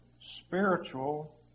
spiritual